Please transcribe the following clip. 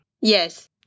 Yes